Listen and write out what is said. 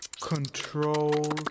Control